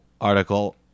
article